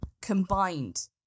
combined